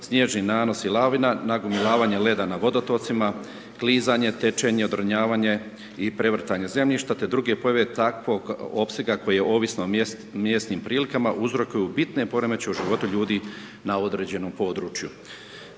sniježni nanosi, lavina, nagomilavanje leda na vodotocima, klizanje, tečenje, odronjavanje i prevrtanje zemljišta te druge pojave takvog opsega koji je, ovisno o mjesnim prilikama uzrokuju bitne poremećaje u životu ljudi na određenom području.